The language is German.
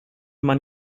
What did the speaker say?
man